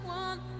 one